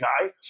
guy